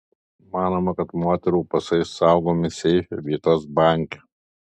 manoma kad moterų pasai saugomi seife vietos banke